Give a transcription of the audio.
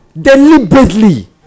deliberately